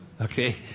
Okay